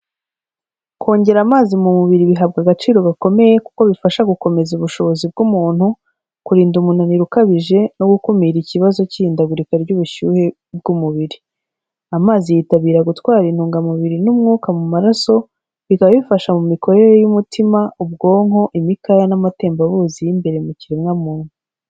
Kongera amazi mu mubiri bihabwa agaciro gakomeye, kuko bifasha gukomeza ubushobozi bw'umuntu, kurinda umunaniro ukabije no gukumira ikibazo cy'ihindagurika ry'ubushyuhe bw'umubiri. Amazi yitabira gutwara intungamubiri n'umwuka mu maraso, bikaba bifasha mu mikorere y'umutima, ubwonko, imikaya, n'amatembabuzi y'imbere mu kiremwa muntu.